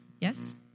Yes